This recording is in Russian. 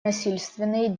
насильственные